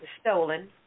stolen